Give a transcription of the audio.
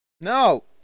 No